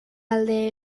alde